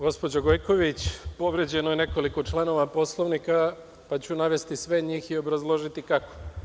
Gospođo Gojković, povređeno je nekoliko članova Poslovnika, pa ću navesti sve njih i obrazložiti kako.